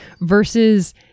versus